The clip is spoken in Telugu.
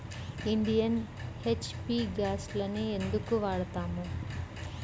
ఇండియన్, హెచ్.పీ గ్యాస్లనే ఎందుకు వాడతాము?